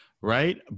right